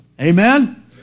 Amen